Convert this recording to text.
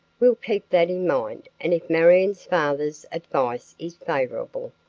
we'll keep that in mind and if marion's father's advice is favorable,